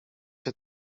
się